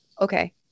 Okay